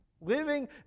living